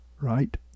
right